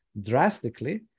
drastically